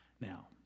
Now